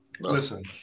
Listen